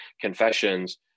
confessions